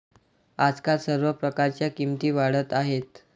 आजकाल सर्व प्रकारच्या किमती वाढत आहेत